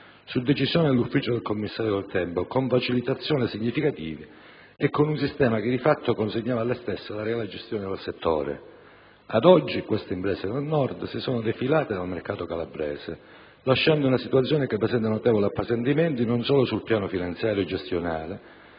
su decisione dell'ufficio del commissario del tempo, con facilitazioni significative e con un sistema che di fatto consegnava alle stesse la reale gestione del settore. Ad oggi, queste imprese del Nord si sono defilate dal mercato calabrese, lasciando una situazione che presenta notevoli appesantimenti non solo sul piano finanziario e gestionale,